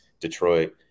Detroit